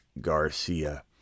Garcia